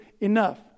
enough